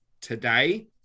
today